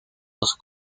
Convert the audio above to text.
dos